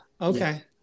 Okay